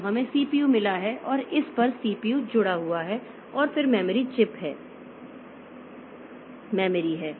तो हमें सीपीयू मिला है और इस पर सीपीयू जुड़ा हुआ है और फिर मेमोरी चिप है मेमोरी है